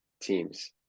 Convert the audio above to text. teams